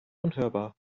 unhörbar